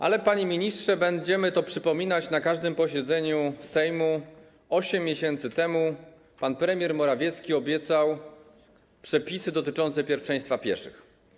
Ale, panie ministrze - będziemy to przypominać na każdym posiedzeniu Sejmu - 8 miesięcy temu pan premier Morawiecki obiecał wprowadzenie przepisów dotyczących pierwszeństwa pieszych.